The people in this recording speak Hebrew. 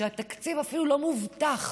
שהתקציב אפילו לא מובטח